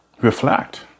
reflect